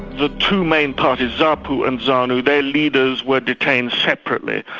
the two main parties, zapu and zanu, their leaders were detained separately.